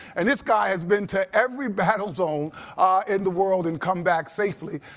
and this guy has been to every battle zone in the world and come back safely.